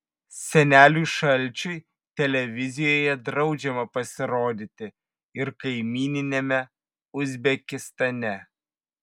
seneliui šalčiui televizijoje draudžiama pasirodyti ir kaimyniniame uzbekistane